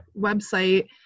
website